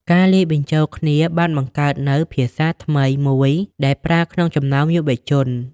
ការលាយបញ្ចូលគ្នាបានបង្កើតនូវ "ភាសាថ្មី" មួយដែលប្រើក្នុងចំណោមយុវជន។